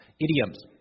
idioms